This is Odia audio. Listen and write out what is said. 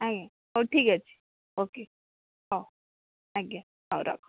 ଆଜ୍ଞା ହଉ ଠିକ୍ ଅଛି ଓକେ ହଉ ଆଜ୍ଞା ହଉ ରଖ